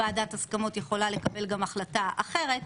ועדת הסכמות יכולה לקבל גם החלטה אחרת,